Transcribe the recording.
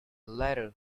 letter